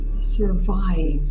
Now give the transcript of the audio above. survive